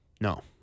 No